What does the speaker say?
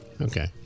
Okay